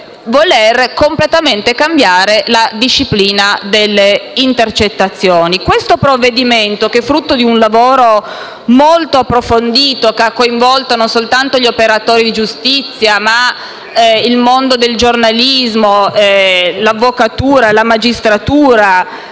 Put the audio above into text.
completamente la disciplina delle intercettazioni. Questo provvedimento, frutto di un lavoro molto approfondito che ha coinvolto non soltanto gli operatori di giustizia, ma il mondo del giornalismo, l'avvocatura, la magistratura